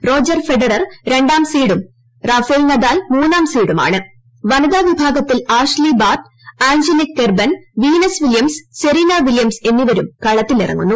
Roger Federer രണ്ടാം സീഡും Rafael Nadal മൂന്നാം സീഡുമാണ് വനിതാ വിഭാഗത്തിൽ Ashleigh Barty Angelique Kerber Venus Williams Serena Williams എന്നിവരും കളത്തിലിറങ്ങുന്നു